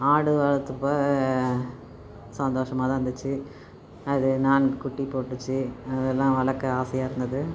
ஆடு வளர்த்தப்ப சந்தோஷமாக தான் இருந்துச்சு அது நான்கு குட்டி போட்டுச்சு அதெலாம் வளர்க்க ஆசையாக இருந்தது